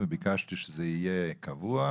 וביקשתי שזה יהיה קבוע.